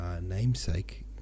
namesake